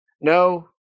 No